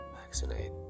Vaccinate